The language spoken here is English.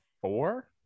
four